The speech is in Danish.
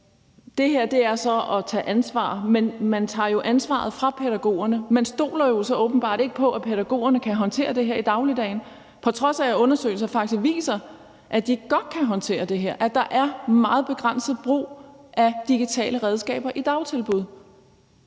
det her så er at tage ansvar. Men man tager jo ansvaret fra pædagogerne. Man stoler jo så åbenbart ikke på, at pædagogerne kan håndtere det her i dagligdagen, på trods af at undersøgelser faktisk viser, at de godt kan håndtere det her, og at der er meget begrænset brug af digitale redskaber i dagtilbuddene.